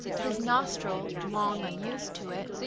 his nostril, long unused to it,